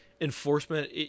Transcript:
enforcement